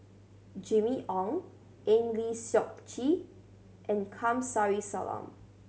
Jimmy Ong Eng Lee Seok Chee and Kamsari Salam